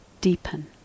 deepen